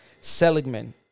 Seligman